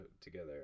together